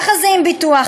ככה זה עם ביטוח,